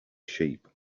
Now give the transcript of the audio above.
sheep